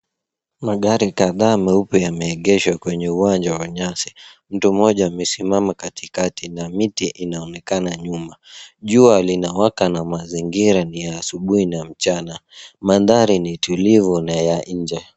Magari kadhaa meupe yameegeshwa kwenye uwanja wa nyasi. Mtu mmoja amesimama katikati na miti inaonekana nyuma. Jua lina waka na mazingira ni ya asubuhi au mchana . Mandhari ni tulivu na ya nje.